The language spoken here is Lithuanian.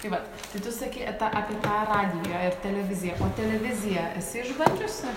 tai vat tai tu sakei ata apie tą radiją ir televiziją o televiziją esi išbandžiusi